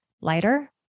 lighter